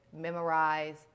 memorize